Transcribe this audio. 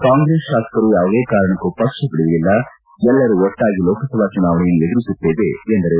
ಕಾಂಗ್ರೆಸ್ ಶಾಸಕರು ಯಾವುದೇ ಕಾರಣಕ್ಕೂ ಪಕ್ಷ ಬಿಡುವುದಿಲ್ಲ ಎಲ್ಲರೂ ಒಟ್ಟಾಗಿ ಲೋಕಸಭಾ ಚುನಾವಣೆಯನ್ನು ಎದುರಿಸುತ್ತೇವೆ ಎಂದರು